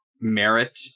merit